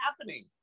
happening